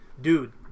Dude